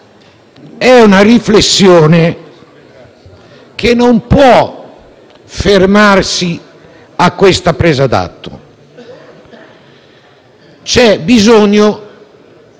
È una riflessione che non può fermarsi a questa presa d'atto; c'è bisogno